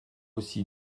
aussi